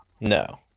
No